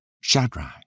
Shadrach